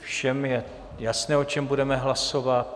Všem je jasné, o čem budeme hlasovat.